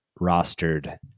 rostered